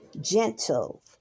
gentle